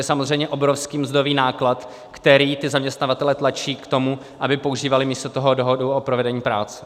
To je samozřejmě obrovský mzdový náklad, který zaměstnavatele tlačí k tomu, aby používali místo toho dohodu o provedení práce.